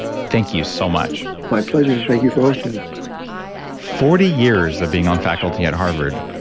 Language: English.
thank you so much my pleasure. thank you for hosting me forty years of being on faculty at harvard.